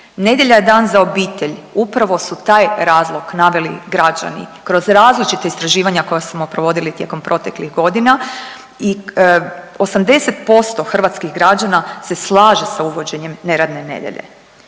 Nedjelja je dan za obitelj upravo su taj razlog naveli građani kroz različita istraživanja koja smo provodili tijekom proteklih godina. I 80% hrvatskih građana se slaže sa uvođenjem neradne nedjelje.